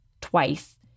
twice